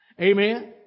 Amen